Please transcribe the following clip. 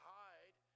hide